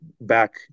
back